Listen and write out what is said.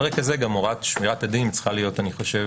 על רקע זה גם הוראת שמירת הדין צריכה להיות מובנת.